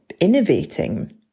innovating